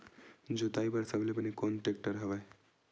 जोताई बर सबले बने टेक्टर कोन हरे?